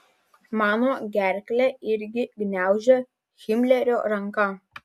mano gerklę irgi gniaužia himlerio ranka